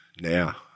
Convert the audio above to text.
now